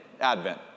Advent